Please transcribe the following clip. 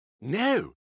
No